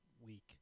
week